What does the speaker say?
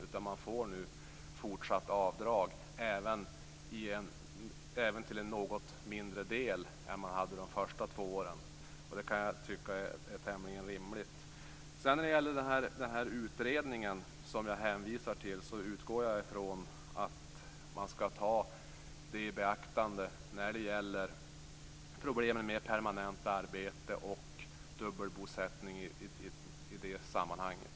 Man får även fortsättningsvis göra avdrag - om än ett något mindre avdrag än vad som gällde för de första två åren. Det kan jag tycka är tämligen rimligt. När det gäller den utredning som jag hänvisar till utgår jag ifrån att man skall ta problemen med permanent arbete och dubbel bosättning i beaktande i det sammanhanget.